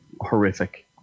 Horrific